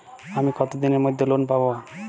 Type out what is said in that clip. আমি কতদিনের মধ্যে লোন পাব?